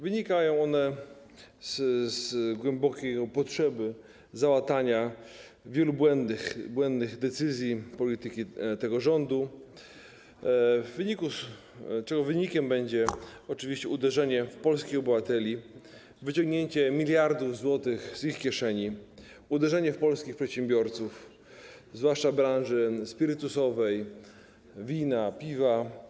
Wynikają one z głębokiej potrzeby załatania wielu błędnych decyzji polityki tego rządu, czego wynikiem będzie oczywiście uderzenie w polskich obywateli, wyciągnięcie miliardów złotych z ich kieszeni, uderzenie w polskich przedsiębiorców, zwłaszcza z branży spirytusowej, wina, piwa.